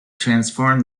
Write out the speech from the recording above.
transform